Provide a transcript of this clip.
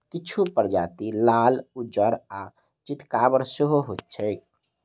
किछु प्रजाति लाल, उज्जर आ चितकाबर सेहो होइत छैक